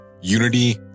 unity